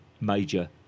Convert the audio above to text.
major